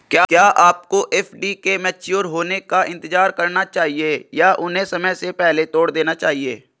क्या आपको एफ.डी के मैच्योर होने का इंतज़ार करना चाहिए या उन्हें समय से पहले तोड़ देना चाहिए?